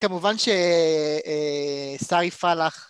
כמובן שאה...אה... סייפה לך